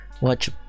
watch